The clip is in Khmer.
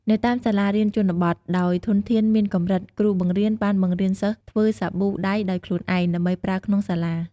នៅតាមសាលារៀនជនបទ ដោយធនធានមានកម្រិត គ្រូបង្រៀនបានបង្រៀនសិស្សធ្វើសាប៊ូដៃដោយខ្លួនឯង ដើម្បីប្រើក្នុងសាលា។